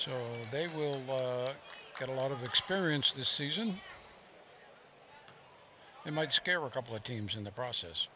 so they will get a lot of experience this season it might scare a couple of teams in the process